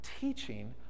Teaching